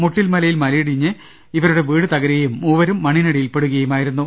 മുട്ടിൽ മലയിൽ മലയിടിഞ്ഞ് ഇവ രുടെ വീട് തകരുകയും മൂവരും മണ്ണിനടിയിൽപ്പെടുകയുമായിരുന്നു